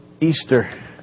Easter